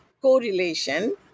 correlation